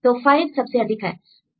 तो 5 सबसे अधिक है